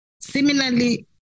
Similarly